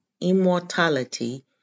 immortality